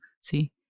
See